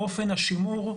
אופן השימור,